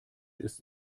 ist